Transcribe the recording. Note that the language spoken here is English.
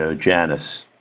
ah janis,